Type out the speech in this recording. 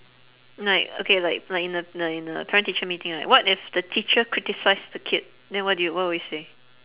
like okay like like in the like in the parent teacher meeting right what if the teacher criticise the kid then what do you what will you say